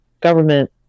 government